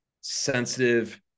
sensitive